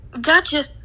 Gotcha